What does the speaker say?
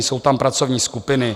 Jsou tam pracovní skupiny.